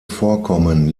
vorkommen